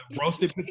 roasted